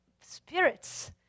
spirits